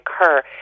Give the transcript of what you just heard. occur